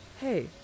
Hey